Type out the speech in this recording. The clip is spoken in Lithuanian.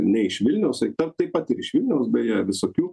ne iš vilniaus sak ten taip pat ir iš vilniaus beje visokių